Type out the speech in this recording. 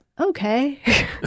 Okay